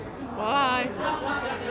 bye